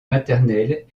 maternelle